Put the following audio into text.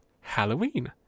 Halloween